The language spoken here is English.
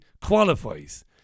qualifies